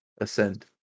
ascend